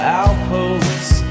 outposts